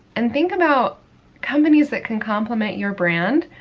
and think about companies that can complement your brand,